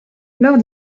lors